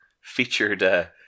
featured